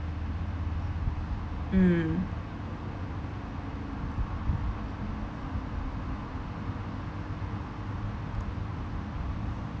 mm